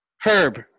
Herb